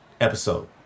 episode